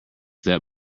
that